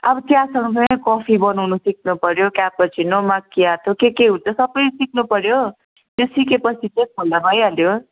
अब चियासँगसँगै कफी बनाउनु सिक्नुपऱ्यो क्यापचिनो माक्या के के हुन्छ सबै सिक्नुपऱ्यो त्यो सिकेपछि चाहिँ थाल्दा भइहाल्यो